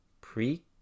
pre-